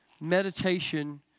Meditation